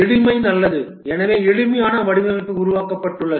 எளிமை நல்லது எனவே எளிமையான வடிவமைப்பு உருவாக்கப்பட்டுள்ளது